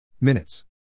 Minutes